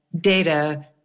data